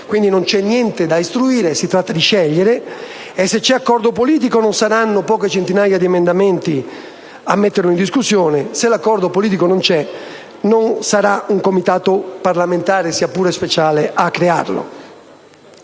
c'è pertanto niente da istruire, si tratta piuttosto di scegliere: se c'è accordo politico, non saranno poche centinaia di emendamenti a metterlo in discussione; se l'accordo politico non c'è, non sarà un Comitato parlamentare, sia pure speciale, a crearlo.